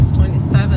27